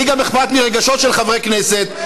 לי גם אכפת מרגשות של חברי כנסת,